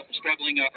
struggling